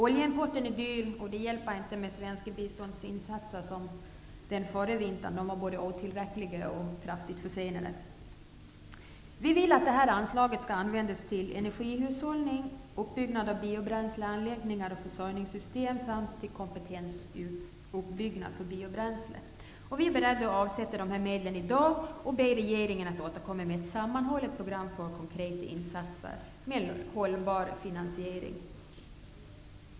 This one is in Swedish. Oljeimporten är dyr, och det hjälper inte med svenska biståndsinsatser, som förra vintern var både otillräckliga och kraftigt försenade. Vi vill att anslaget skall användas till energihushållning och byggande av biobränsleanläggningar, energiförsörjningssystem samt till kompetensuppbyggnad inom biobränsleområdet. Vi är beredda att avsätta dessa medel i dag och ber regeringen att återkomma med ett sammanhållet program för konkreta insatser med en hållbar finansiering.